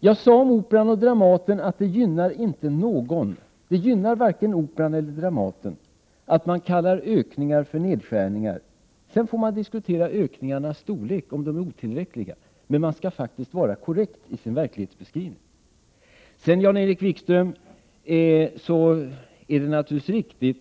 Jag sade om Operan och Dramaten att det inte gynnar någondera av dem att man kallar ökningar för nedskärningar. Sedan får man diskutera ökningarnas storlek och om de är otillräckliga, men man skall faktiskt vara korrekt i sin verklighetsbeskrivning. Det är naturligtvis riktigt